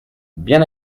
bien